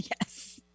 Yes